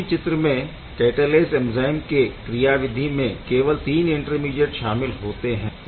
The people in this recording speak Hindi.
इसी चित्र में कैटालेस एंज़ाइम के क्रियाविधि में केवल 3 ईंटरमीडीएट शामिल होते है